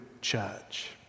church